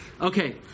Okay